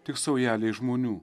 tik saujelei žmonių